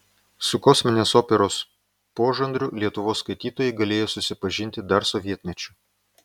su kosminės operos požanriu lietuvos skaitytojai galėjo susipažinti dar sovietmečiu